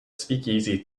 speakeasy